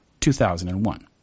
2001